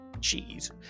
Cheese